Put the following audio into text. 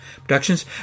Productions